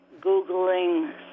Googling